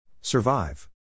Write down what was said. Survive